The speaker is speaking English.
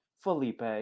Felipe